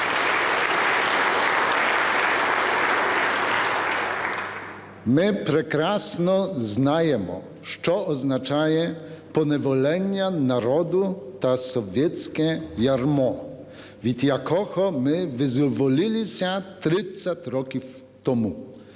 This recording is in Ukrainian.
Ми прекрасно знаємо, що означає поневолення народу та совєтське ярмо, від якого ми визволилися 30 років тому.